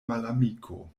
malamiko